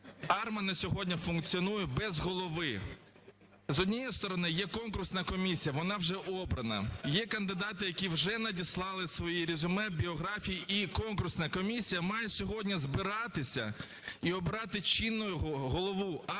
АРМА на сьогодні функціонує без голови. З однієї сторони, є конкурсна комісія, вона вже обрана, є кандидати, які вже надіслали свої резюме, біографії. І конкурсна комісія має сьогодні збиратися і обирати чинного голову АРМА,